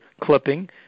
clipping